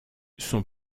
son